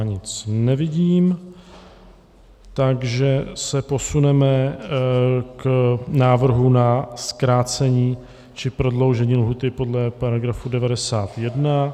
Nic nevidím, takže se posuneme k návrhu na zkrácení či prodloužení lhůty podle § 91.